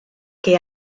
que